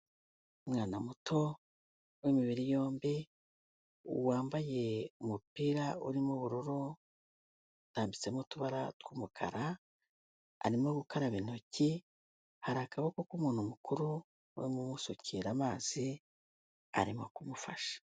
Umwana muto w'imibiri yombi, wambaye umupira urimo ubururu hatambitsemo utubara tw'umukara, arimo gukaraba intoki, hari akaboko k'umuntu mukuru urimo umusukira amazi arimo kumufasha.